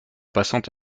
passant